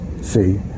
see